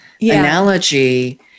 analogy